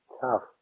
Tough